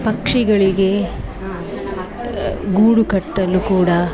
ಪಕ್ಷಿಗಳಿಗೆ ಗೂಡು ಕಟ್ಟಲು ಕೂಡ